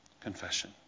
Confession